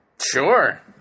Sure